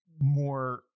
more